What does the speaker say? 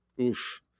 Oof